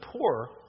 poor